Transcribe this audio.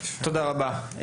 תודה רבה.